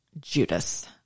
Judas